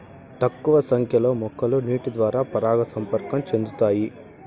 తక్కువ సంఖ్య లో మొక్కలు నీటి ద్వారా పరాగ సంపర్కం చెందుతాయి